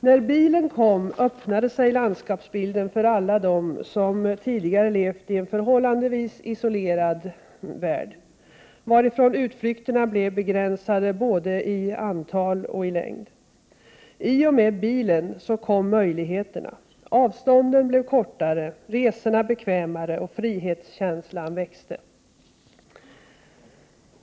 När bilen kom öppnade sig landskapsbilden för alla dem som tidigare levt i en förhållandevis isolerad värld, varifrån utflykterna blev begränsade både i antal och i längd. I och med bilen kom möjligheterna; avstånden blev kortare, resorna bekvämare och frihetskänslan växte.